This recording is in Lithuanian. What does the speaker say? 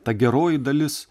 ta geroji dalis